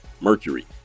mercury